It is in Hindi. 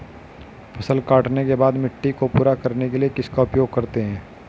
फसल काटने के बाद मिट्टी को पूरा करने के लिए किसका उपयोग करते हैं?